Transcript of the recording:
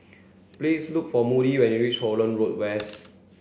please look for Moody when you reach Holland Road West